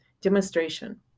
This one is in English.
demonstration